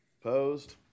Opposed